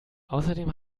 außerdem